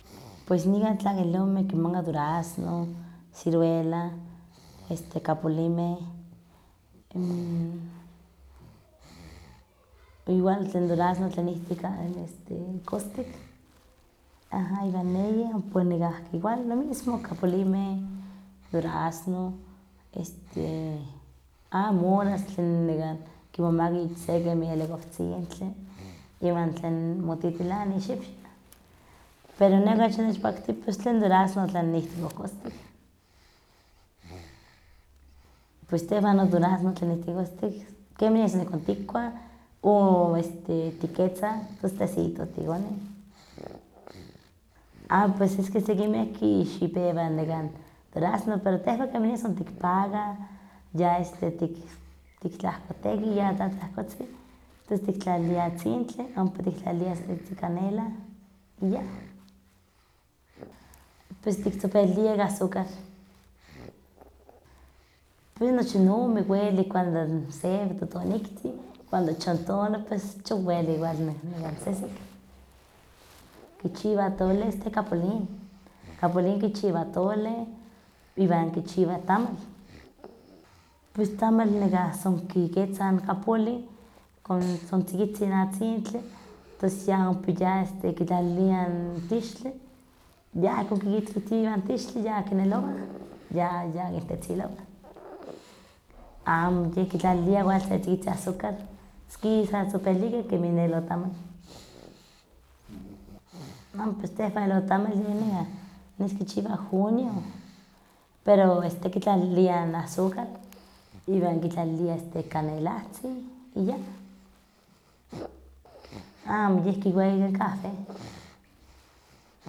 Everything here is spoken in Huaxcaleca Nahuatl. pues nikan tlakilomeh kimaka durazno, ciruela, este kapulimeh, n igual tlen durazno tlen ihtik n kostik, iwan ompa ne yeh igual lo mismo n kapolimeh, durazno, este ah moras tlen kimomawa ich se kemih ilikuawtzintli, iwan tlen motitilana ixiwyo, pero neh okachi nechpakti pos tlen durazno tlen ihtikohkostik, pues tehwan non durazno tlen ihtikostik kemanian son ihkon tikuah, o tiketza tos tesitoh tikonih. ah pues es que sekimeh kixipewah n durazno, pero tehwan kemanian son tikpakah, ya san tiktlahkotekih ya tlatlahkotzin, tos tiktlaliliah atzintli, ompa tiktlaliliah setzin kanela, y ya. Pues tiktzopelilieh ik azucar pues nochi n ome welik cuando n sewi totoniktzin, cuando achin tona achi welik igual nekan sesek. Kichiwah atoleh nekan capuli, capulin kichiwah atole iwan kichiwah tamal, pues tamal nekah son kiketzah kapolin, kon son tzikitzin atzintli, tos ya ompa ya kitlaliliah n tixtli, ya ihkon tikitas kichiwah wan tixtli ya kinelowa ya ya kintetzilowah, amo yeh kitlaliliah se tzikitzin axucar, tos kisa tzopelikeh kemih n elotamal. Pues tehwan elotamal yeh nekan nes kichiwah junio, pero nes kitlaliliah n azucar, iwan kitlaliilah este canelahtzin y ya. Amo yeh kikua ika n kahwen.